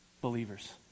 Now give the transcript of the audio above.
Believers